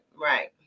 right